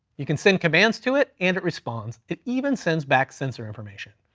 you can send commands to it, and it responds. it even sends back sensor information.